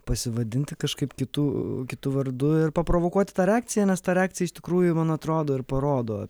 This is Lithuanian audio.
pasivadinti kažkaip kitu kitu vardu ir paprovokuoti tą reakciją nes ta reakcija iš tikrųjų man atrodo ir parodo